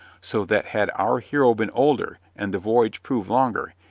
so that had our hero been older, and the voyage proved longer,